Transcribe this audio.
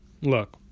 Look